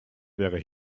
wäre